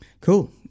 Cool